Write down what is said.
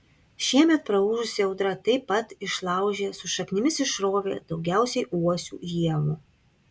šiemet praūžusi audra taip pat išlaužė su šaknimis išrovė daugiausiai uosių ievų